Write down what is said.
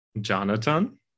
Jonathan